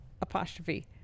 Apostrophe